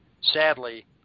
sadly